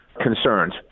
concerns